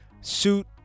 suit